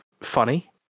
funny